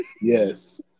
Yes